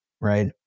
right